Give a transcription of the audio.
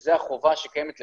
שזה החובה שקיימת להוט,